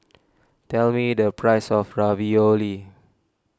tell me the price of Ravioli